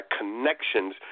connections